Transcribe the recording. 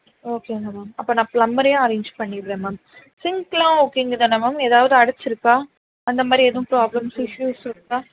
ஓகேங்க மேம் அப்போ நான் ஃப்ளம்பரையே அரேஞ்ச் பண்ணிடுறேன் மேம் சிங்க்குலாம் ஓகேங்க தான மேம் எதாவது அடைச்சிருக்கா அந்த மாதிரி எதுவும் ப்ராப்லம்ஸ் இஷ்ஷூஸ் இருக்கா